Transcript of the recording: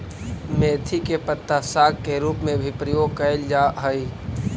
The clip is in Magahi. मेथी के पत्ता साग के रूप में भी प्रयोग कैल जा हइ